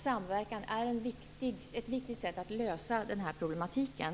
Samverkan är ett viktigt sätt att lösa den här problematiken.